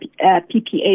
PPA